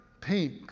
Pink